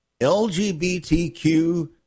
LGBTQ